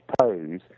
pose